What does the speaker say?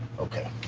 okay.